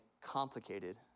complicated